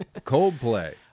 Coldplay